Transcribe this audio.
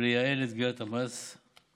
ולייעל את גביית ההיטל.